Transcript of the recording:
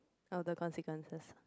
all the consequences